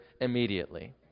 immediately